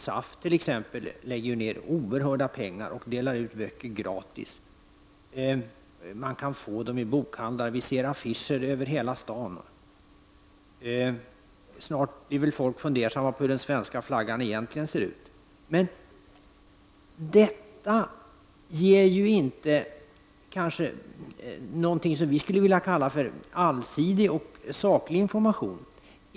SAF t.ex. lägger ju ned oerhörda pengar, man kan få böcker gratis i bokhandlar och vi ser affischer över hela stan. Snart blir väl folk fundersamma över hur den svenska flaggan egentligen ser ut. Men detta ger ju ingenting som vi skulle vilja kalla för allsidig och saklig information.